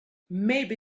maybe